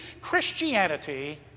Christianity